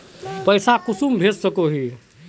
पैसा कुंसम भेज सकोही?